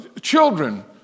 children